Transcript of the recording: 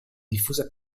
diffusa